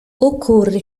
occorre